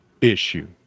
issue